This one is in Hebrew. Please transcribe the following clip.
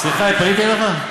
סליחה, פניתי אליך?